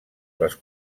les